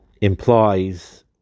implies